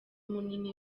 munini